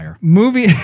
movie